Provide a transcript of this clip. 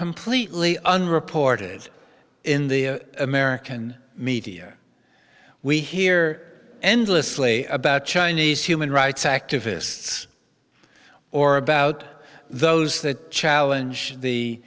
completely unreported in the american media we hear endlessly about chinese human rights activists or about those that challenge the